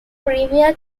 premier